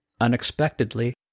Unexpectedly